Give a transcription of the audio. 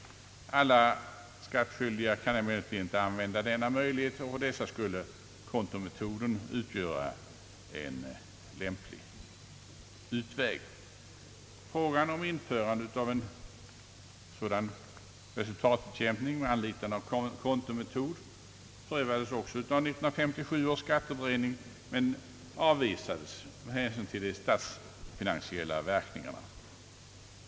Alla skattskyldiga kan inte använda denna möjlighet, och för dessa skulle kontometoden utgöra en lämplig utväg. Frågan om införande av en sådan resultatutjämning med anlitande av kontometod prövades också av 1957 års skatteberedning, men avvisades med hänsyn till de statsfinansiella verkningarna.